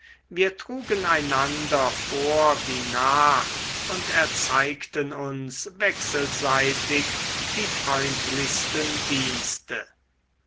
wir trugen einander vor wie nach und erzeigten uns wechselseitig die freundlichsten dienste